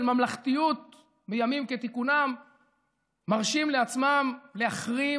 ממלכתיות בימים כתיקונם מרשים לעצמם להחרים,